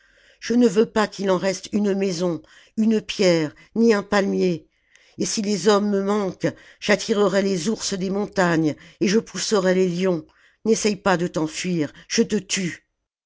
je ne veux pas qu'il en reste une maison une pierre ni un palmier et si les hommes me manquent j'attirerai les ours des montagnes et je pousserai les lions n'essaye pas de t'enfuir je te tue